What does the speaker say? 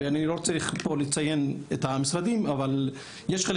ואני לא צריך פה לציין את המשרדים אבל יש חלק